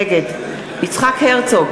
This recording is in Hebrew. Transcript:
נגד יצחק הרצוג,